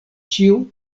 ĉiu